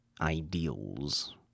ideals